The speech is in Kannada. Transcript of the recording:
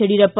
ಯಡಿಯೂರಪ್ಪ